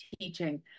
teaching